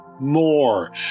More